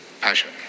passion